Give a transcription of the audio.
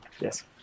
yes